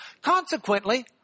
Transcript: Consequently